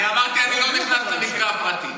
שנייה, אני אמרתי: אני לא נכנס למקרה הפרטי.